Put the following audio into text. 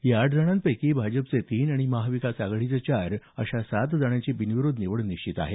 या आठ जणांपैकी भाजपचे तीन आणि महाविकास आघाडीचे चार अशा सात जणांची बिनविरोध निवड निश्चित आहे